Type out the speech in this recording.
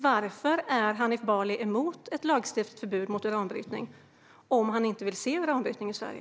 Varför är Hanif Bali emot ett lagstadgat förbud mot uranbrytning om han inte vill se uranbrytning i Sverige?